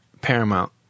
paramount